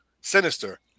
Sinister